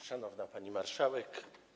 Szanowna Pani Marszałek!